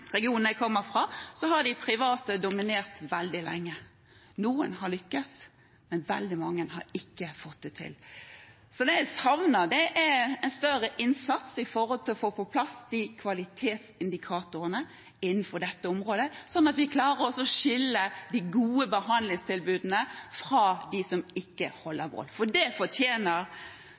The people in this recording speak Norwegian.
regionen jeg kommer fra – at de private har dominert veldig lenge. Noen har lyktes, men veldig mange har ikke fått det til. Så jeg savner en større innsats for å få på plass de kvalitetsindikatorene innenfor dette området, sånn at vi klarer å skille de gode behandlingstilbudene fra dem som ikke